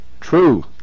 True